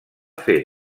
fer